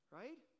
right